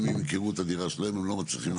הם ימכרו את הדירה שלהם הם לא מצליחים להגיע.